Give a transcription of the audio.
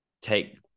take